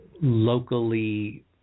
locally